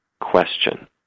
question